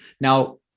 Now